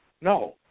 No